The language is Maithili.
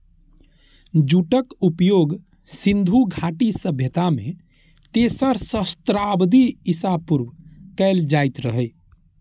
जूटक उपयोग सिंधु घाटी सभ्यता मे तेसर सहस्त्राब्दी ईसा पूर्व कैल जाइत रहै